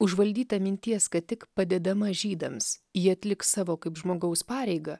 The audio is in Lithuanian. užvaldyta minties kad tik padėdama žydams ji atliks savo kaip žmogaus pareigą